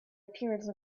appearance